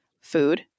food